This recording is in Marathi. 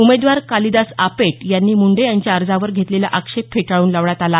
उमेदवार कालिदास आपेट यांनी मुंडे यांच्या अर्जावर घेतलेला आक्षेप फेटाळून लावण्यात आला